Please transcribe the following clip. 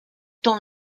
dans